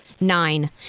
Nine